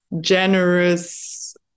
generous